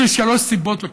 יש לי שלוש סיבות לכך,